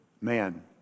man